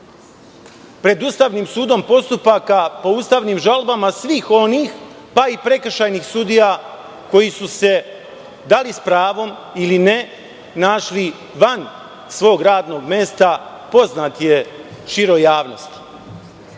Pred Ustavnim sudom postupak po ustavnim žalbama svih onih pa i prekršajnih sudija koji su se, da li s pravom ili ne, našli van svog radnog mesta poznat je široj